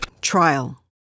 Trial